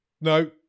No